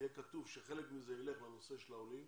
יהיה כתוב שחלק מזה יילך לנושא של העולים